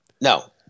No